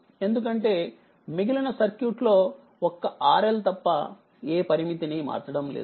ఎందుకంటేమిగిలిన circuit లో ఒక్క RL తప్ప ఏ పరిమితిని మార్చడం లేదు